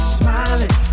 smiling